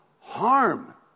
harm